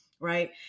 right